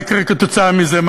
מה יקרה כתוצאה מזה?